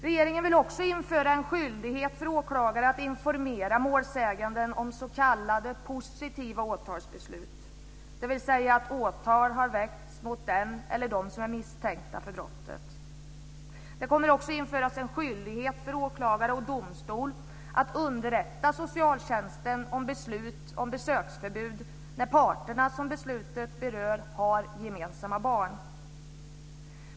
Regeringen vill också införa en skyldighet för åklagare att informera målsägande om s.k. positiva åtalsbeslut, dvs. att åtal har väckts mot dem eller den som är misstänkta för brottet. Det kommer också att införas en skyldighet för åklagare och domstol att underrätta socialtjänsten om beslut om besöksförbud när parterna som beslutet berör har gemensamma barn.